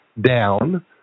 down